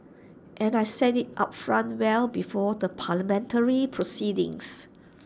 and I said IT upfront well before the parliamentary proceedings